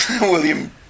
William